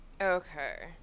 Okay